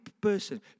person